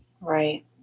right